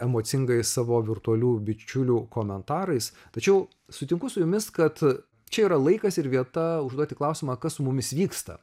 emocingais savo virtualių bičiulių komentarais tačiau sutinku su jumis kad čia yra laikas ir vieta užduoti klausimą kas su mumis vyksta